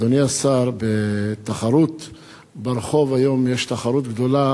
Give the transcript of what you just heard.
אדוני השר, ברחוב היום יש תחרות גדולה